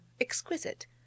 exquisite